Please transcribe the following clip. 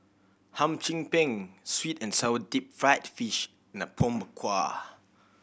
Hum Chim Peng sweet and sour deep fried fish Apom Berkuah